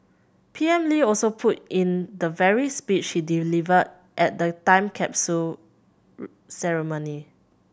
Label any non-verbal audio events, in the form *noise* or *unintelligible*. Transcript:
P M Lee also put in the very speech he delivered at the time capsule *unintelligible* ceremony